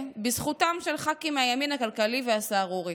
בזכותם של ח"כים מהימין הכלכלי והסהרורי.